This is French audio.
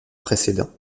précédent